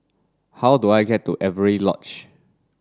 how do I get to Avery Lodge